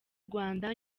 rwanda